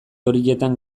horietan